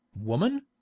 woman